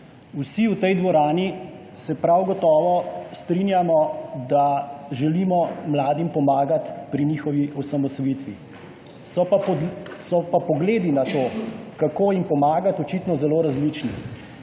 Vsi v tej dvorani se prav gotovo strinjamo, da želimo mladim pomagati pri njihovi osamosvojitvi. So pa pogledi na to, kako jim pomagati, očitno zelo različni.